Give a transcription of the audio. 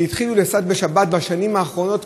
שבהם האוטובוסים התחילו לצאת בשבת בשנים האחרונות,